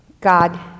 God